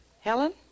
Helen